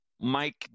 Mike